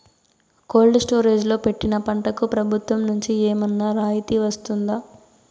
Cold storage లో పెట్టిన పంటకు ప్రభుత్వం నుంచి ఏమన్నా రాయితీ వస్తుందా?